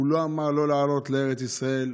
הוא לא אמר לא לעלות לארץ ישראל.